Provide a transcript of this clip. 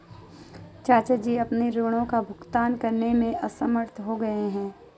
चाचा जी अपने ऋणों का भुगतान करने में असमर्थ हो गए